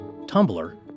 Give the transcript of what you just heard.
Tumblr